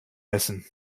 messen